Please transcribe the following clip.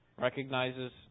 recognizes